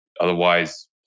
Otherwise